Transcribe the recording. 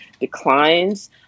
declines